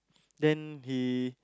then he